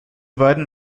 beiden